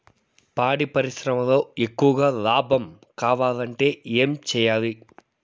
పాడి పరిశ్రమలో ఎక్కువగా లాభం కావాలంటే ఏం చేయాలి?